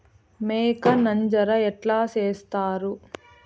మేక నంజర ఎట్లా సేస్తారు?